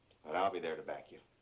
and i'll be there to back you.